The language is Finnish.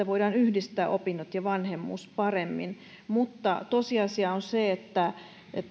voidaan yhdistää opinnot ja vanhemmuus paremmin mutta tosiasia on se että